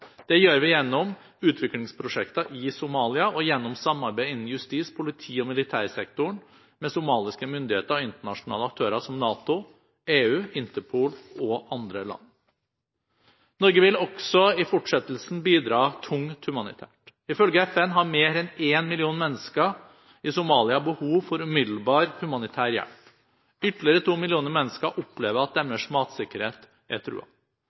Det gjør vi gjennom utviklingsprosjekter i Somalia, og gjennom samarbeid innenfor justis-, politi- og militærsektoren med somaliske myndigheter og internasjonale aktører som NATO, EU, Interpol og andre land. Norge vil også i fortsettelsen bidra tungt humanitært. Ifølge FN har mer enn en million mennesker i Somalia umiddelbart behov for humanitær hjelp. Ytterligere to millioner mennesker opplever at deres matsikkerhet er